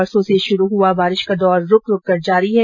परसो से शुरू हुआ बारिश का दौर रूक रूक कर जारी है